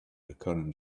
recurrent